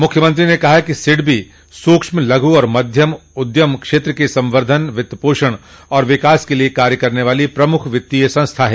मूख्यमंत्री कहा कि सिडबी सूक्ष्म लघु और मध्यम उद्यम एमएसएमई क्षेत्र के संवर्धन वित्त पोषण और विकास के लिये कार्य करने वाली प्रमुख वित्तीय संस्था है